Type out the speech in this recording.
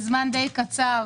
בזמן די קצר,